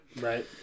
Right